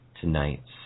tonight's